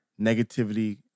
negativity